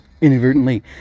inadvertently